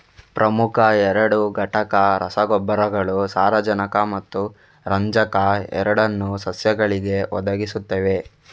ಪ್ರಮುಖ ಎರಡು ಘಟಕ ರಸಗೊಬ್ಬರಗಳು ಸಾರಜನಕ ಮತ್ತು ರಂಜಕ ಎರಡನ್ನೂ ಸಸ್ಯಗಳಿಗೆ ಒದಗಿಸುತ್ತವೆ